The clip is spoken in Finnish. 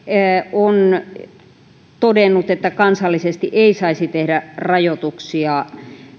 on todennut että kansallisesti ei saisi tehdä rajoituksia